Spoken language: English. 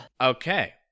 Okay